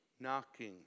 knocking